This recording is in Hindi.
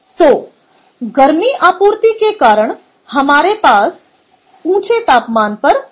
तो गर्मी आपूर्ति के कारण हमारे पास ऊंचे तापमान पर गैसें है